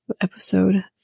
Episode